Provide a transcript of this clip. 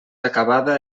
acabada